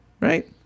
right